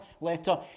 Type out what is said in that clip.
letter